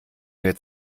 mir